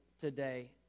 today